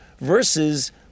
versus